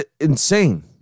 insane